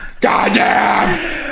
Goddamn